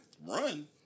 Run